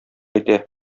итә